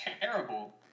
terrible